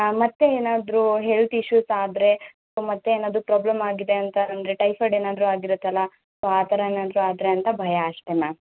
ಮತ್ತು ಏನಾದರೂ health issues ಆದ್ರೆ ಸೊ ಮತ್ತೆ ಏನಾದರು ಪ್ರಾಬ್ಲಮ್ ಆಗಿದೆ ಅಂತ ಅಂದರೆ ಟೈಫಯ್ಡ್ ಏನಾದರು ಆಗಿರುತ್ತಲ್ವಾ ಸೊ ಆ ಥರ ಏನಾದರು ಆದರೆ ಅಂತ ಭಯ ಅಷ್ಟೇ ಮ್ಯಾಮ್